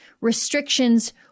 restrictions